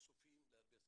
חשופים להרבה סכנות,